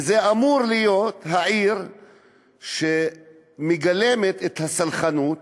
וזו אמורה להיות העיר שמגלמת את הסלחנות